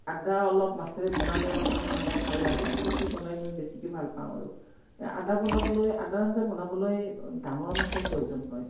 আদা অলপ মাছেৰে বনালে অলপমান মানে ভাল লাগে সেইটো বনাই মই বেছিকে ভাল পাওঁ আৰু এই আদা বনাবলৈ আদাৰ আঞ্জা বনাবলৈ ডাঙৰ মাছৰ প্ৰয়োজন হয়